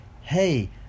hey